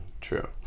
True